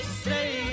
say